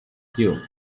due